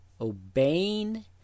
obeying